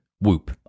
Whoop